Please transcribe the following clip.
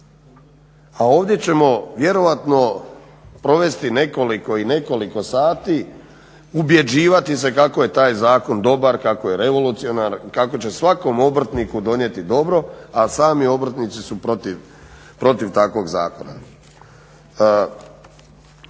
a ovdje ćemo vjerojatno provesti nekoliko i nekoliko sati objeđivati se kako se taj zakon dobar, kako je revolucionaran, kako će svakom obrtniku donijeti dobro a sami obrtnici su protiv takvog zakona.